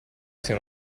sia